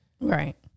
Right